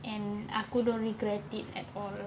and aku don't regret at all